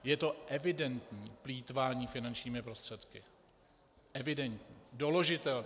Je to evidentní plýtvání finančními prostředky, evidentní, doložitelné.